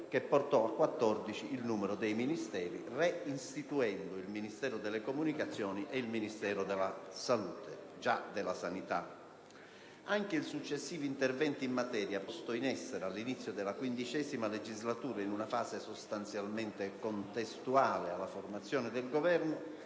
che portò a quattordici il numero dei Ministeri, re-istituendo il Ministero delle comunicazioni e il Ministero della salute (già della sanità). Anche il successivo intervento in materia - posto in essere all'inizio della XV legislatura (in una fase sostanzialmente contestuale alla formazione del Governo)